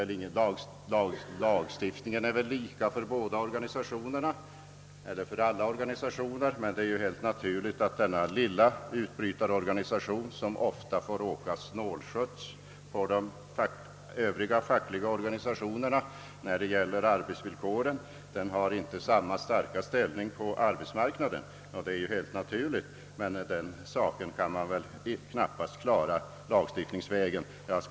Lagstiftningen är ju lika för alla organisationer men det är helt naturligt att denna lilla utbrytarorganisation, som ofta får åka snålskjuts på de övriga organisationernas bekostnad i fråga om arbetsvillkoren, inte har samma starka ställning på arbetsmarknaden. Den saken kan väl emellertid knappast klaras lagstiftningsvägen. Herr talman!